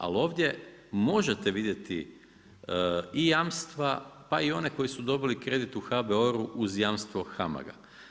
Ali, ovdje možete vidjeti i jamstva pa i one koji su dobili kredit u HBOR-u uz jamstvo HAMAG-a.